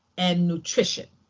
and nutrition.